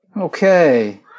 Okay